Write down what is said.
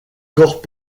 corps